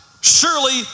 surely